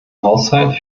haushalt